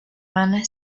man